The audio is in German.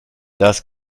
das